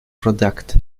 product